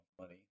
money